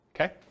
okay